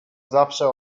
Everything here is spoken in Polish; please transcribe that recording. zawsze